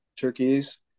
turkeys